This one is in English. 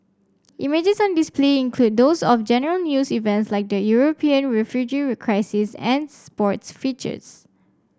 images on display include those of general news events like the European refugee crisis and sports features